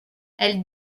elle